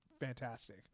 fantastic